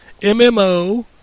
MMO